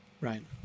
right